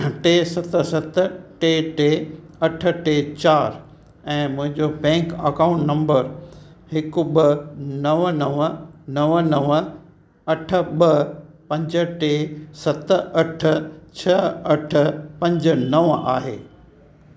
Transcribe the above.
टे सत सत टे टे अठ टे चारि ऐं मुंहिंजो बैंक अकाउंट नंबर हिकु ॿ नव नव नव नव अठ ॿ पंज टे सत अठ छह अठ पंज नव आहे